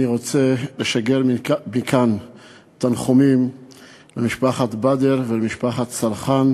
אני רוצה לשגר מכאן תנחומים למשפחת בדר ולמשפחת סרחאן